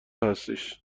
هستش